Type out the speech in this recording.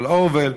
של אורוול,